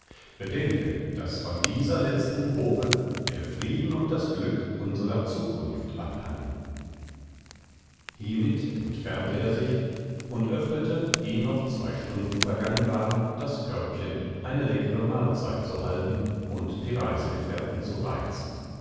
bedenke daß von dieser letzten probe der frieden und das glück unserer zukunft abhangen hiemit entfernte er sich und öffnete eh noch zwei stunden vergangen waren das körbchen eine leckere mahlzeit zu halten und die reisegefährten zu reizen